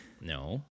No